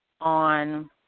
on